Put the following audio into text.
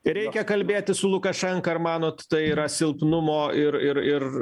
reikia kalbėtis su lukašenka ar manot tai yra silpnumo ir ir ir